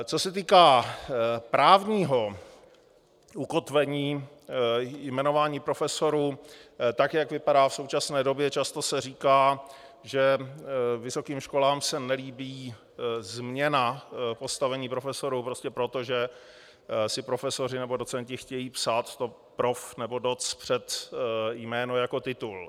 Co se týká právního ukotvení jmenování profesorů, tak jak vypadá v současné době, často se říká, že vysokým školám se nelíbí změna postavení profesorů prostě proto, že si profesoři nebo docenti chtějí psát to prof. nebo doc. před jméno jako titul.